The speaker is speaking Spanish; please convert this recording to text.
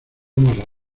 vamos